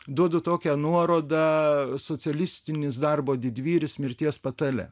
duodu tokią nuorodą socialistinis darbo didvyris mirties patale